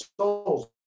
souls